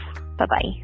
Bye-bye